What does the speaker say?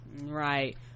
Right